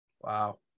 Wow